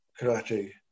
karate